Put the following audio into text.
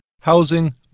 housing